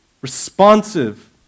responsive